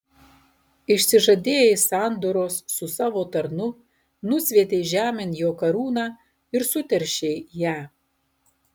išsižadėjai sandoros su savo tarnu nusviedei žemėn jo karūną ir suteršei ją